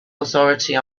authority